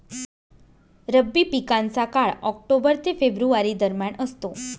रब्बी पिकांचा काळ ऑक्टोबर ते फेब्रुवारी दरम्यान असतो